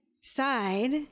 side